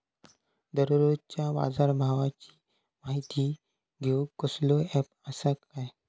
दररोजच्या बाजारभावाची माहिती घेऊक कसलो अँप आसा काय?